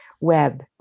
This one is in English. web